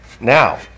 now